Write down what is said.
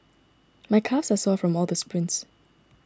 my calves are sore from all the sprints